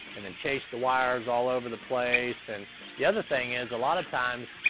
and then chase the wires all over the place. and the other thing is, a lot of times,